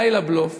די לבלוף.